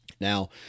Now